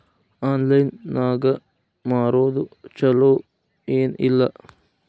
Online ನಾಗ್ ಮಾರೋದು ಛಲೋ ಏನ್ ಇಲ್ಲ?